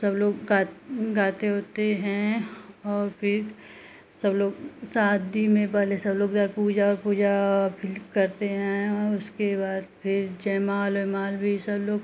सब लोग गात गाते ओते हैं और फिर सब लोग शादी में पहले सब लोग इधर पूजा और पूजा फिर करते हैं उसके बाद फिर जयमाल ओयमाल भी सब लोग